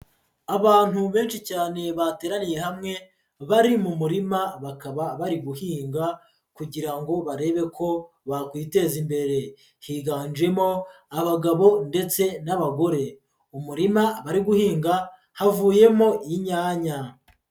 Abantu benshi cyane bateraniye hamwe, bari mu murima bakaba bari guhinga kugira ngo barebe ko bakwiteza imbere. Higanjemo abagabo ndetse n'abagore. Umurima bari guhinga havuyemo inyanya.